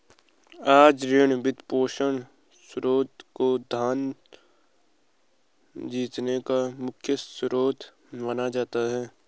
आज ऋण, वित्तपोषण स्रोत को धन जीतने का मुख्य स्रोत माना जाता है